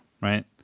right